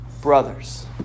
brothers